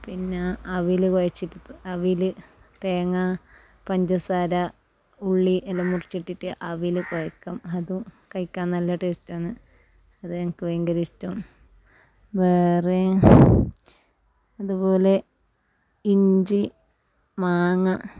പിന്നെ അവിൽ കൊഴച്ചിട്ട് ത് അവിൽ തേങ്ങ പഞ്ചസാര ഉള്ളി എല്ലാം മുറിച്ചിട്ടിറ്റ് അവിൽ കൊഴക്കും അതും കയിക്കാൻ നല്ല ടേസ്റ്റാന്ന് അത് എനിക്ക് ഭയങ്കര ഇഷ്ട്ടം വേറെ അതുപോലെ ഇഞ്ചി മാങ്ങ